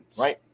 Right